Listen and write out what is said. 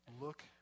look